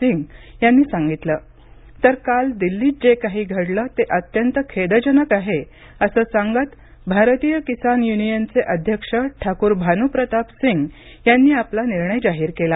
सिंग यांनी सांगितलं तर काल दिल्लीत जे काही घडलं ते अत्यंत खेदजनक आहे असं सांगत भारतीय किसान युनियनचे अध्यक्ष ठाकूर भानु प्रताप सिंग यांनी आपला निर्णय जाहीर केला